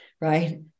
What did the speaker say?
Right